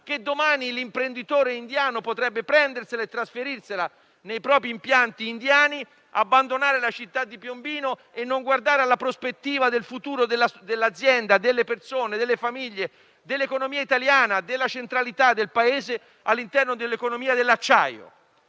che domani l'imprenditore indiano potrebbe prendersi e trasferire nei propri impianti indiani, abbandonando la città di Piombino, senza guardare alla prospettiva del futuro dell'azienda, delle persone, delle famiglie, dell'economia italiana e della centralità del Paese all'interno dell'economia dell'acciaio.